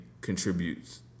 contributes